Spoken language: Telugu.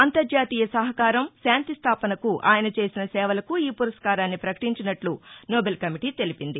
అంతర్జాతీయ సహకారం శాంతి స్దాపనకు ఆయన చేసిన సేవలకు ఈ పురస్కారాన్ని పకటించినట్ల నోబెల్ కమిటీ తెలిపింది